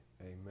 Amen